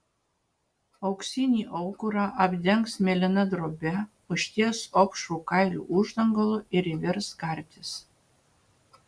auksinį aukurą apdengs mėlyna drobe užties opšrų kailių uždangalu ir įvers kartis